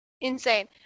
insane